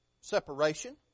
separation